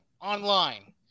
online